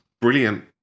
brilliant